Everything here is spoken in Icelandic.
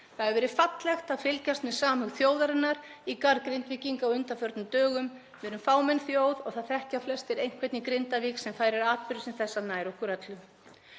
Það hefur verið fallegt að fylgjast með samhug þjóðarinnar í garð Grindvíkinga á undanförnum dögum. Við erum fámenn þjóð og það þekkja flestir einhvern í Grindavík sem færir atburði sem þessa nær okkur öllum.